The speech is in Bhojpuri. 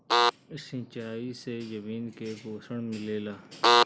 सिंचाई से जमीन के पोषण मिलेला